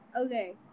Okay